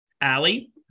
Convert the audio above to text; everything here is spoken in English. Allie